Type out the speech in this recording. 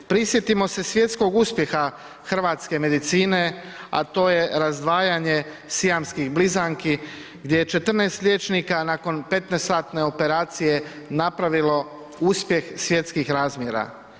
Prisjetimo se svjetskog uspjeha hrvatske medicine, a to je razdvajanje sijamskih blizanki gdje je 14 liječnika nakon petnaestosatne operacije napravilo uspjeh svjetskih razmjera.